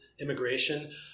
immigration